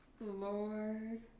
Lord